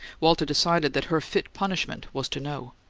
walter decided that her fit punishment was to know.